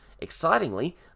Excitingly